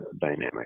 dynamic